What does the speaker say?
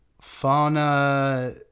fauna